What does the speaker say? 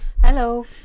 Hello